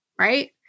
right